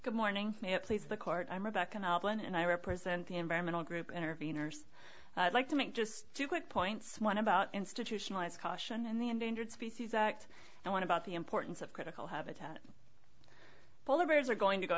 good morning please the court i'm rebecca novel and i represent the environmental group interveners like to make just two quick points one about institutionalized caution and the endangered species act and what about the importance of critical habitat polar bears are going to go